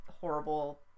horrible